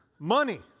Money